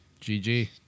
gg